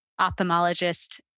ophthalmologist